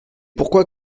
pourquoi